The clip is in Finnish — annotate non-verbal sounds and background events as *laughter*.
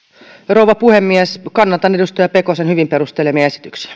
rouva puhemies kannatan edustaja pekosen hyvin perustelemia esityksiä *unintelligible*